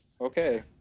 Okay